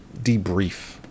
debrief